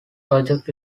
project